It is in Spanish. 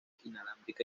inalámbrica